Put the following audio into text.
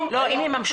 לא מטעם המדינה,